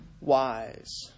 wise